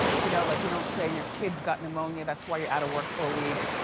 you know like you don't say your kid's got pneumonia. that's why you're out of work for a week.